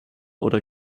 oder